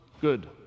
good